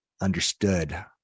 understood